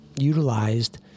utilized